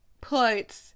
put